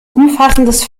umfassendes